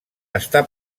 està